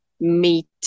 Meet